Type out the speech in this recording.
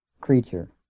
creature